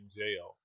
jail